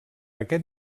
aquest